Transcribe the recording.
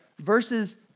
Versus